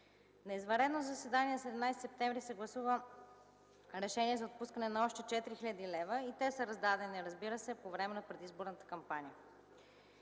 На извънредно заседание на 17 септември 2011 г. е гласувано решение за отпускане на още 4 хил. лв., и те са раздадени, разбира се, по време на предизборната кампания.